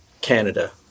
Canada